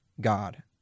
God